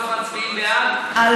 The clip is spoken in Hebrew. ככה גפני מאמין.